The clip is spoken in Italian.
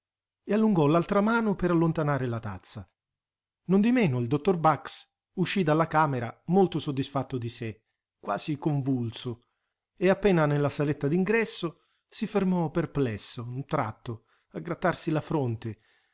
e allungò l'altra mano per allontanare la tazza nondimeno il dottor bax uscì dalla camera molto soddisfatto di sé quasi convulso e appena nella saletta d'ingresso si fermò perplesso un tratto a grattarsi la fronte